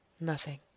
Nothing